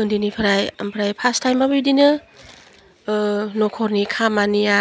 उन्दैनिफ्राइ आमफ्राइ फार्स्ट टाइमावनो इदिनो नखरनि खामानिया